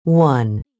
One